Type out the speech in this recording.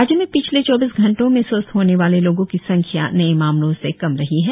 राज्य में पिछले चौबीस घंटो में स्वस्थ होने वाले लोगो की संख्या नए मामलों से कम रही है